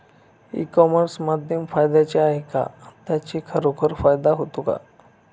E commerce माध्यम फायद्याचे आहे का? त्याचा खरोखर फायदा होतो का?